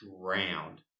drowned